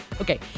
Okay